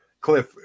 Cliff